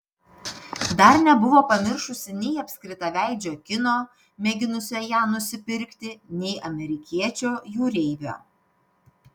dar nebuvo pamiršusi nei apskritaveidžio kino mėginusio ją nusipirkti nei amerikiečio jūreivio